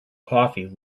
coffee